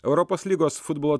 europos lygos futbolo